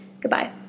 Goodbye